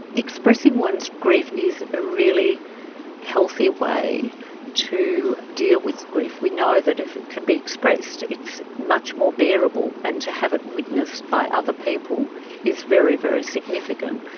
expressing one's grief is a really healthy way to deal with grief. we know that if it can be expressed, it's much more bearable, and to have it witnessed by other people is very, very significant,